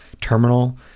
terminal